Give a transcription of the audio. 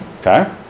Okay